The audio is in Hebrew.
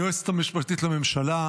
היועצת המשפטית לממשלה.